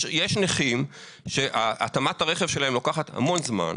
יש נכם שהתאמת הרכב שלהם לוקחת המון זמן,